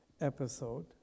episode